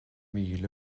míle